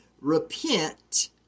repent